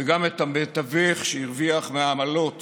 וגם את המתווך שהרוויח מעמלות